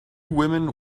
women